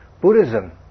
Buddhism